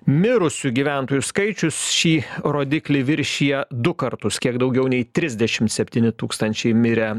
mirusių gyventojų skaičius šį rodiklį viršija du kartus kiek daugiau nei trisdešim septyni tūkstančiai mirė